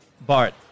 Bart